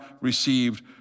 received